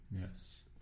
Yes